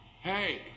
Hey